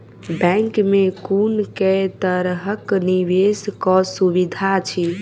Bank मे कुन केँ तरहक निवेश कऽ सुविधा अछि?